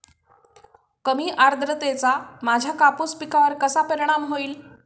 कमी आर्द्रतेचा माझ्या कापूस पिकावर कसा परिणाम होईल?